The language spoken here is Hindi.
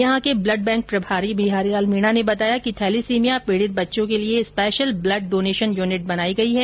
यहां के ब्लड बैंक प्रभारी बिहारी लाल मीणा ने बताया कि थैलिसीमिया पीडित बच्चों के लिए स्पेशल ब्लड डोनेशन यूनिट बनाई गई है